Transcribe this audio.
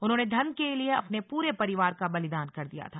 उन्होंने धर्म के लिए अपने पूरे परिवार का बलिदान कर दिया था